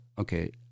okay